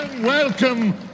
Welcome